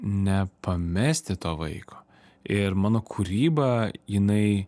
nepamesti to vaiko ir mano kūryba jinai